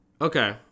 Okay